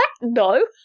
No